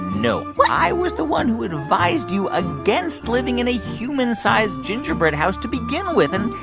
no what? i was the one who advised you against living in a human-sized gingerbread house to begin with. and.